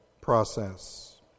process